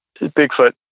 Bigfoot